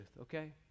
okay